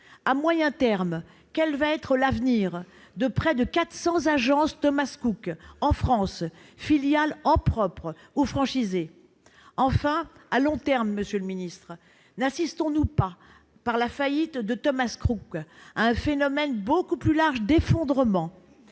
À moyen terme, quel va être l'avenir des quelque 400 agences Thomas Cook en France, filiales en propre ou franchisées ? Enfin, à long terme, monsieur le ministre, n'assistons-nous pas, par la faillite de Thomas Cook, à un phénomène beaucoup plus large d'effondrement